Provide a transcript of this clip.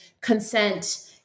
consent